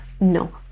No